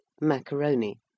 Macaroni